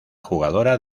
jugadora